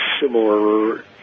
similar